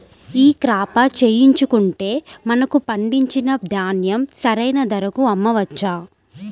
ఈ క్రాప చేయించుకుంటే మనము పండించిన ధాన్యం సరైన ధరకు అమ్మవచ్చా?